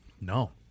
No